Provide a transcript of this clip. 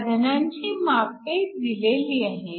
साधनांची मापे दिलेली आहेत